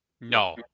No